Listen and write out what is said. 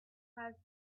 have